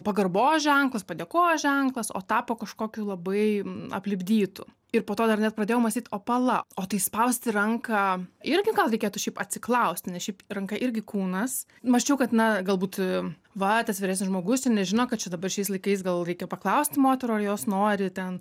pagarbos ženklas padėkos ženklas o tapo kažkokiu labai aplipdytu ir po to dar net pradėjau mąstyt o pala o tai spausti ranką irgi gal reikėtų šiaip atsiklausti nes šiaip ranka irgi kūnas mąsčiau kad na galbūt va tas vyresnis žmogus ir nežino kad čia dabar šiais laikais gal reikia paklausti moterų ar jos nori ten